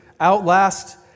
outlast